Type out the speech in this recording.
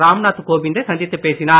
ராம் நாத் கோவிந்தை சந்தித்துப் பேசினார்